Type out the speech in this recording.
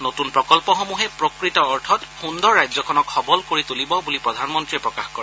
নতুন প্ৰকল্পসমূহে প্ৰকৃত অৰ্থত সুন্দৰ ৰাজ্যখনক সবল কৰি তুলিব বুলি প্ৰধানমন্ত্ৰীয়ে প্ৰকাশ কৰে